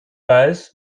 weiß